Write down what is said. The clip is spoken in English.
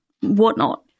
whatnot